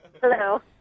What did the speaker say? Hello